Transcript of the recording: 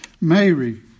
Mary